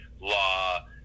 law